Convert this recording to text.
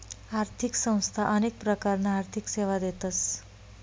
आर्थिक संस्था अनेक प्रकारना आर्थिक सेवा देतस